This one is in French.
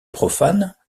profane